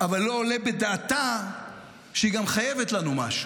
אבל לא עולה בדעתה שהיא גם חייבת לנו משהו.